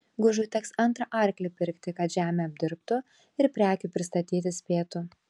gužui teks antrą arklį pirkti kad žemę apdirbtų ir prekių pristatyti spėtų